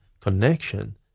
connection